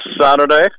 saturday